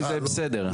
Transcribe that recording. זה בסדר.